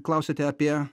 klausėte apie